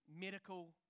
medical